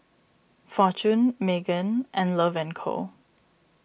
Fortune Megan and Love and Co